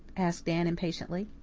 asked anne impatiently.